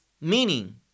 meaning